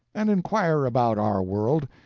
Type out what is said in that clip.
and inquire about our world,